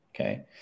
Okay